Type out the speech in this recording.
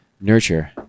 nurture